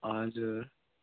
हजुर